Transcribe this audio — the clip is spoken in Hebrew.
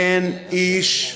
אין איש,